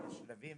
בשלבים,